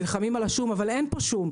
אבל אין פה שום,